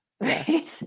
Right